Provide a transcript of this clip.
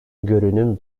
görünüm